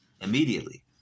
immediately